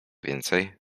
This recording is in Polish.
więcej